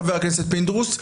חבר הכנסת פינדרוס,